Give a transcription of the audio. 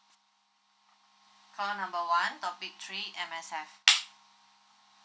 call number one topic three M_S_F